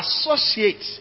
associate